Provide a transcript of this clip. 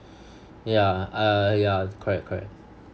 yeah uh yeah correct correct